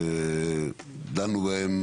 דנו בהן,